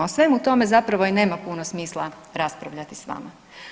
O svemu tome zapravo i nema puno smisla raspravljati s vama.